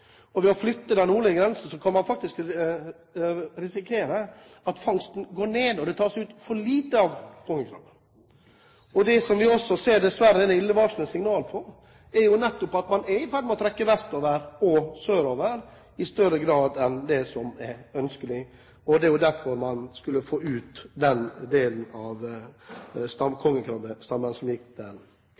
grensen. Ved å flytte den nordlige grensen kan man faktisk risikere at fangsten går ned, og at det tas ut for lite kongekrabbe. Det vi dessverre også ser et illevarslende signal på, er nettopp at den er i ferd med å trekke vestover og sørover i større grad enn det som er ønskelig. Det er derfor man skulle få ut den delen av kongekrabbestammen som gikk der. Jeg setter også spørsmålstegn ved hvorvidt statsråden og direktoratet egentlig har hjemmel til å flytte den